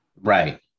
Right